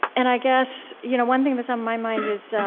and i guess you know one thing that's on my mind is,